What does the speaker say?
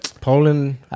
Poland